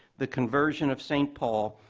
the conversion of saint paul,